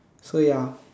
so ya